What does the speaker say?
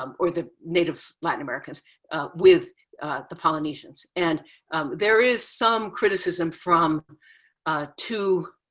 um or the native latin americans with the polynesians. and there is some criticism from two